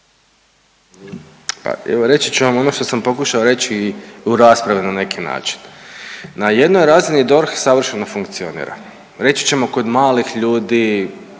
reći ću vam ono što sam pokušao reći i u raspravi na neki način. Na jednoj razini DORH savršeno funkcionira, reći ćemo kod malih ljudi,